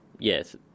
Yes